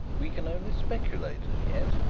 we can only speculate as yet.